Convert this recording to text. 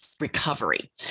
recovery